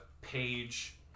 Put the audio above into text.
page